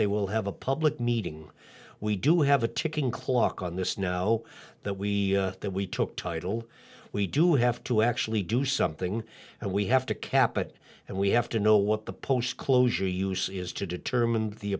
they will have a public meeting we do have a ticking clock on this now that we that we took title we do have to actually do something and we have to cap it and we have to know what the post closure use is to determine the